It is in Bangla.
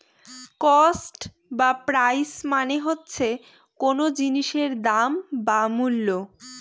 কস্ট বা প্রাইস মানে হচ্ছে কোন জিনিসের দাম বা মূল্য